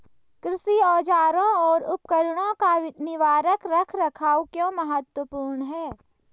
कृषि औजारों और उपकरणों का निवारक रख रखाव क्यों महत्वपूर्ण है?